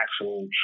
actual